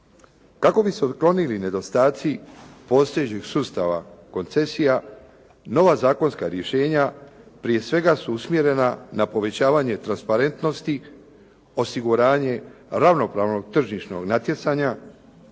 Kako bi se uklonili nedostaci postojećeg sustava koncesija nova zakonska rješenja prije svega su usmjerena na povećavanje transparentnosti, osiguranje ravnopravnog tržišnog natjecanja,